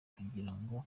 kugirango